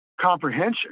comprehension